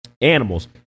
animals